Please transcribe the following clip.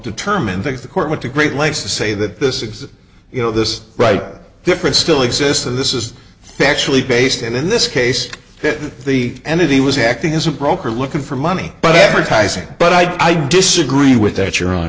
think the court went to great lengths to say that this is you know this right different still exists that this is factually based and in this case that the entity was acting as a broker looking for money but advertising but i disagree with that your hon